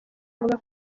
avuga